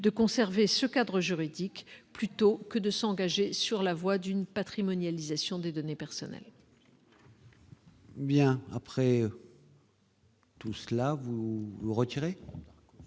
de conserver ce cadre juridique plutôt que de s'engager sur la voie d'une patrimonial disent Sion des données personnelles.